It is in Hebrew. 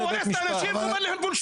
אנחנו פועלים לי החוק.